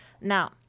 Now